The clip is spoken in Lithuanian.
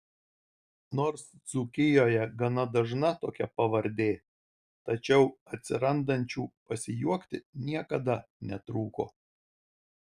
nors dzūkijoje gana dažna tokia pavardė tačiau atsirandančių pasijuokti niekada netrūko